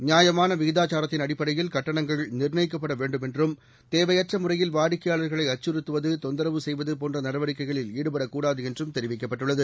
நியாயமானவிகிதாச்சாரத்தின் அடிப்படையில் கட்டணங்கள் நிர்ணயிக்கப்படவேண்டும் என்றும் தேவையற்றமுறையில் வாடிக்கையாளர்களைஅச்சுறுத்துவதுதொந்தரவு செய்வதபோன்றநடவடிக்கைகளில் ஈடுபடக்கூடாதுஎன்றும் தெரிவிக்கப்பட்டுள்ளது